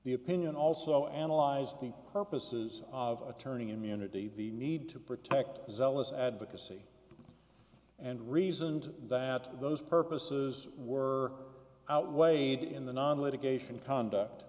the opinion also analyzed the purposes of a turning immunity the need to protect zealous advocacy and reasoned that those purposes were outweighed in the non litigation conduct